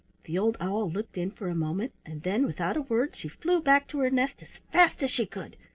the old owl looked in for a moment, and then without a word she flew back to her nest as fast as she could.